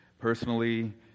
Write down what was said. personally